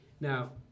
Now